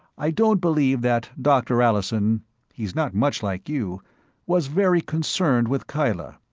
i don't believe that dr. allison he's not much like you was very concerned with kyla.